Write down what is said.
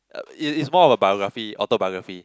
uh it is more of a biography autobiography